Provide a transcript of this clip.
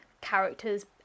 characters